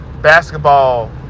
basketball